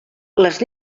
les